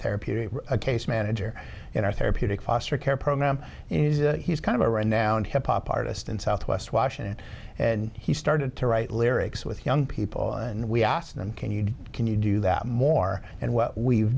therapeutic a case manager in our therapeutic foster care program is that he's kind of a renowned hip hop artist in southwest washington and he started to write lyrics with young people and we asked them can you can you do that more and w